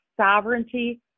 sovereignty